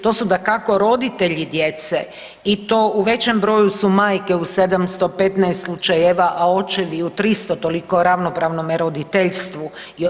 To su dakako roditelji djece i to u većem broju su majke u 715 slučajeva, a očevi u 300 toliko ravnopravnome roditeljstvu.